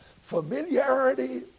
Familiarity